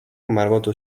margotu